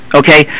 okay